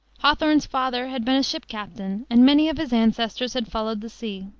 hawthorne's father had been a ship captain, and many of his ancestors had followed the sea.